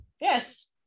yes